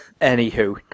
anywho